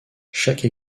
chaque